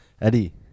Eddie